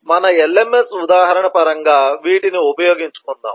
ఇప్పుడు మన LMS ఉదాహరణ పరంగా వీటిని ఉపయోగించుకుందాం